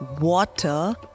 water